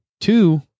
two